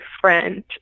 friend